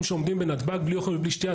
שעומדים בנתב"ג בלי אוכל ובלי שתייה,